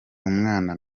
umwana